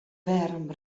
wêrom